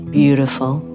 beautiful